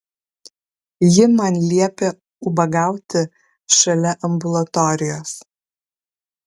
ji man liepė ubagauti šalia ambulatorijos